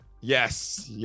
yes